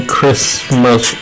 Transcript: Christmas